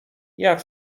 jak